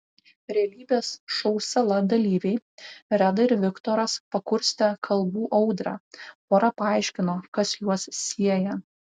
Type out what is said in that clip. realybės šou sala dalyviai reda ir viktoras pakurstė kalbų audrą pora paaiškino kas juos sieja